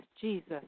Jesus